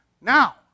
Now